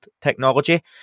technology